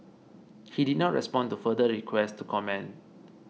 he did not respond to further requests to comment